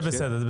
זה בסדר.